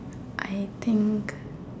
I think